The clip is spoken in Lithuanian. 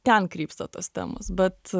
ten krypsta tos temos bet